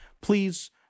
please